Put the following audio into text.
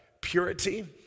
purity